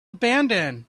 abandoned